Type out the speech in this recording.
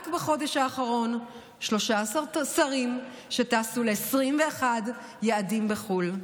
רק בחודש האחרון 13 שרים טסו ל-21 יעדים בחו"ל.